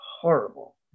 horrible